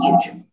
huge